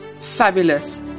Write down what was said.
Fabulous